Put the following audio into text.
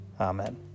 Amen